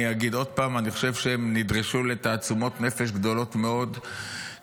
אני אגיד עוד פעם: אני חושב שהם נדרשו לתעצומות נפש גדולות מאוד כדי